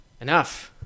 enough